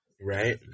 Right